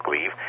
leave